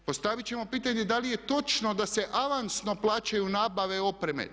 Postavit ćemo pitanje da li je točno da se avansno plaćaju nabave opreme.